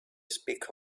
speaks